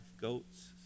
goats